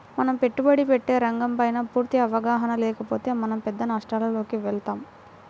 మనం పెట్టుబడి పెట్టే రంగంపైన పూర్తి అవగాహన లేకపోతే మనం పెద్ద నష్టాలలోకి వెళతాం